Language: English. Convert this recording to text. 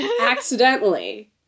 Accidentally